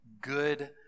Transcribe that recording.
good